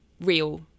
real